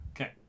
Okay